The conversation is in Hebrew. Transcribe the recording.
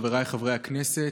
חבריי חברי הכנסת,